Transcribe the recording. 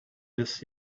this